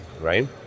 right